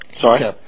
Sorry